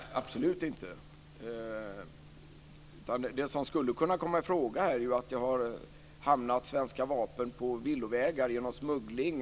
Fru talman! Det har det absolut inte gjort. Det som skulle kunna komma i fråga är att svenska vapen hamnar på villovägar genom smuggling.